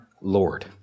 Lord